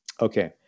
Okay